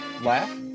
laugh